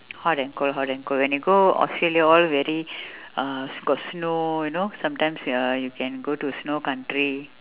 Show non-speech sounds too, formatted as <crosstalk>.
hot and cold hot and cold when you go australia all very <breath> uh s~ got snow you know sometimes uh you can go to snow country